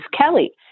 Kelly